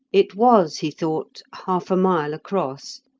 it was, he thought, half a mile across,